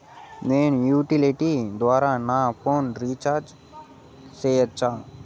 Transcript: నేను యుటిలిటీ ద్వారా నా ఫోను రీచార్జి సేయొచ్చా?